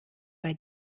bei